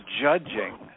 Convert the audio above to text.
judging